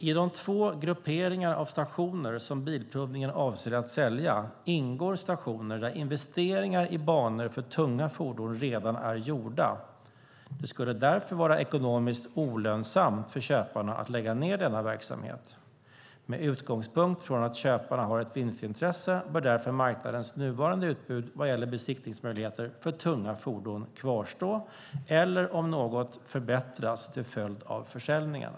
I de två grupperingar av stationer som Bilprovningen avser att sälja ingår stationer där investeringar i banor för tunga fordon redan är gjorda. Det skulle därför vara ekonomiskt olönsamt för köparna att lägga ned denna verksamhet. Med utgångspunkt från att köparna har ett vinstintresse bör därför marknadens nuvarande utbud vad gäller besiktningsmöjligheter för tunga fordon kvarstå eller, om något, förbättras till följd av försäljningarna.